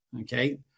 okay